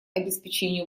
обеспечению